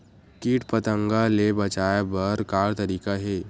कीट पंतगा ले बचाय बर का तरीका हे?